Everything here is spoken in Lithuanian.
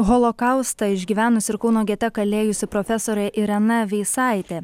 holokaustą išgyvenusi ir kauno gete kalėjusi profesorė irena veisaitė